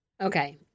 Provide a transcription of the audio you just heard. Okay